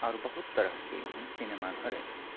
आओर बहुत तरहकेँ एहन सिनेमा घर अछि